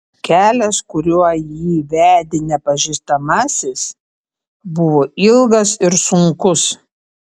kelias kuriuo jį vedė nepažįstamasis buvo ilgas ir sunkus